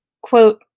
Quote